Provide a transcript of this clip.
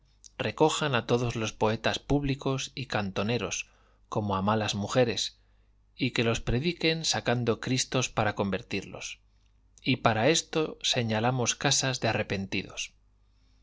recojan a todos los poetas públicos y cantoneros como a malas mujeres y que los prediquen sacando cristos para convertirlos y para esto señalamos casas de arrepentidos